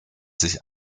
sich